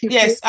Yes